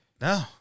No